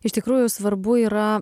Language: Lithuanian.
iš tikrųjų svarbu yra